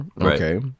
Okay